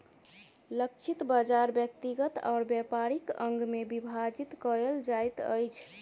लक्षित बाजार व्यक्तिगत और व्यापारिक अंग में विभाजित कयल जाइत अछि